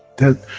then,